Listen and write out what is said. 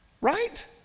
right